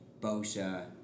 Bosa